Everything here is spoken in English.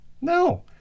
no